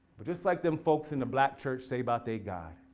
but just like them folks in the black church say about their god,